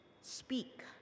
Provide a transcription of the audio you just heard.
speak